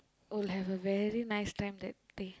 will have a very nice time that day